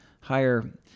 higher